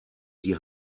die